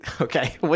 Okay